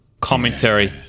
Commentary